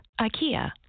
IKEA